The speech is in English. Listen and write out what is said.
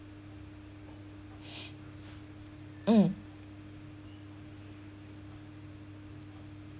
mm